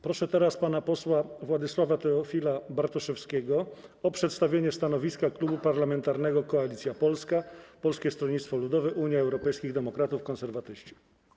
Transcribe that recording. Proszę teraz pana posła Władysława Teofila Bartoszewskiego o przedstawienie stanowiska Klubu Parlamentarnego Koalicja Polska - Polskie Stronnictwo Ludowe, Unia Europejskich Demokratów, Konserwatyści.